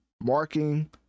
marking